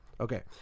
Okay